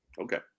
Okay